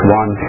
one